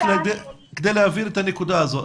כדי להבהיר את הנקודה הזו,